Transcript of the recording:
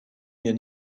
mir